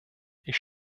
ich